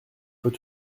peut